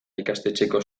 ikastetxeetako